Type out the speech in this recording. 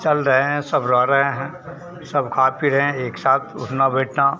चल रहे हैं सब रह रहे हैं सब खा पी रहे हैं एक साथ उठना बैठना